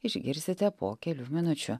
išgirsite po kelių minučių